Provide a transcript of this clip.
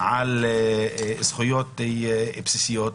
על זכויות בסיסיות.